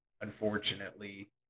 unfortunately